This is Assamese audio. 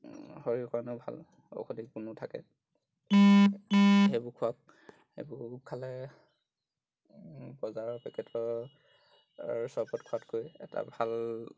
শৰীৰৰ কাৰণেও ভাল ঔষধি গুণো থাকে সেইবোৰ খুৱাওক সেইবোৰ খালে বজাৰৰ পেকেটৰ চৰ্বত খোৱাতকৈ এটা ভাল